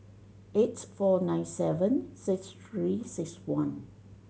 eight four nine seven six Three Six One